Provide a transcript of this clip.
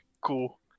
Cool